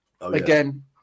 again